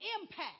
impact